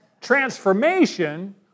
Transformation